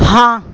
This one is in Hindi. हाँ